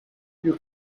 you